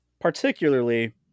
Particularly